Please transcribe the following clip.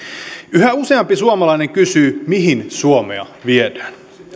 yhä useampi suomalainen kysyy mihin suomea viedään